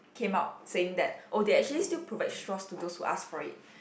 came out saying that oh they actually still provide straws to those who ask for it